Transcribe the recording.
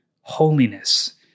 holiness